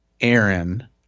Aaron